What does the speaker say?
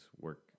work